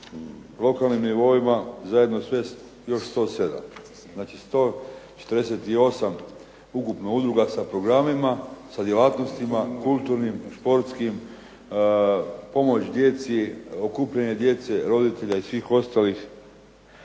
lokalnim nivou, zajedno sve još 107, znači 148 ukupno udruga sa programima, sa djelatnostima, kulturnim, športskim, pomoć djece, okupljanje djece, roditelja i svih ostalih